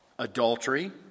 Adultery